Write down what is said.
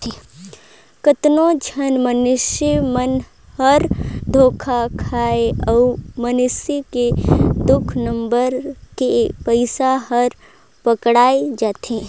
कतनो झन मइनसे मन हर धोखा खाथे अउ मइनसे के दु नंबर के पइसा हर पकड़ाए जाथे